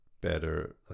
better